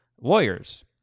lawyers